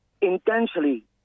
intentionally